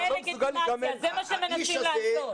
זה מה שהם מנסים לעשות.